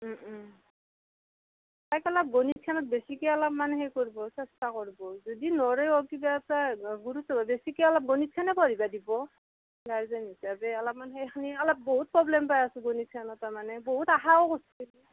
তাইক অলপ গণিত খানত বেছিকৈ অলপমাণ সেই কৰিব চেষ্টা কৰিব যদি নৰেয়ো কিবা এটা বেছিকৈ অলপ গণিত খানে পঢ়িব দিব গাৰ্জেন হিচাপে অলপমাণ সেখনি অলপমান বহুত প্ৰবলেম পাই আছো গণিত খানতে মানে বহুত আশাও কৰিছিলোঁ